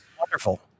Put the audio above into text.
wonderful